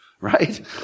Right